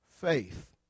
faith